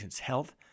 health